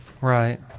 right